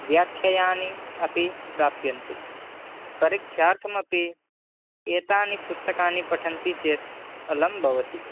व्याख्यानानि अपि प्राप्यन्ते परीक्षार्थमपि एतानि पुस्तकानि पठन्ति चेत् अलं भवति